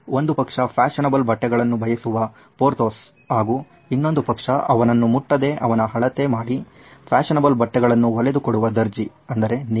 ಒಂದು ಪಕ್ಷ ಫ್ಯಾಷನಬಲ್ ಬಟ್ಟೆಗಳನ್ನು ಬಯಸುವ ಪೊರ್ಥೋಸ್ ಹಾಗೂ ಇನ್ನೊಂದು ಪಕ್ಷ ಅವನನ್ನು ಮುಟ್ಟದೆ ಅವನ ಅಳತೆ ಮಾಡಿ ಫ್ಯಾಷನಬಲ್ ಬಟ್ಟೆಗಳನ್ನು ಹೊಲೆದುಕೊಡುವ ದರ್ಜಿ ಅಂದರೆ ನೀವು